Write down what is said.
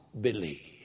believe